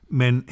men